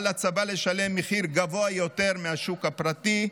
על הצבא לשלם מחיר גבוה יותר מהשוק הפרטי,